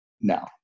now